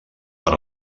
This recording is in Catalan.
per